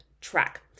track